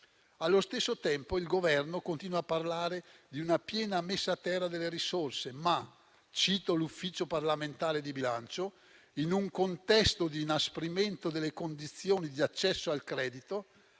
Allo stesso tempo il Governo continua a parlare di una piena messa a terra delle risorse, ma - cito l'Ufficio parlamentare di bilancio - «In un contesto di inasprimento delle condizioni di accesso al credito,